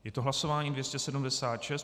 Je to hlasování 276.